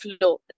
flow